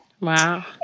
Wow